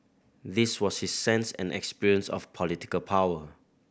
this was his sense and experience of political power